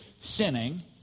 sinning